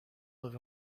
live